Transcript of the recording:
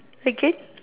again